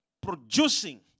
producing